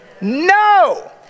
No